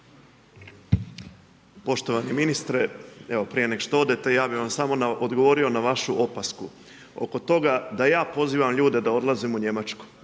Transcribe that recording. Poštovani ministre. Evo prije nego što odete, ja bi vam samo odgovorio na vašu opasku oko toga da ja pozivam ljude da odlaze u Njemačku.